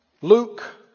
Luke